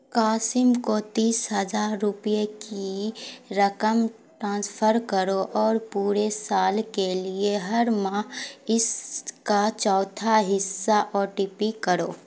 قاسم کو تیس ہزار روپیے کی رقم ٹرانسفر کرو اور پورے سال کے لیے ہر ماہ اس کا چوتھا حصہ او ٹی پی کرو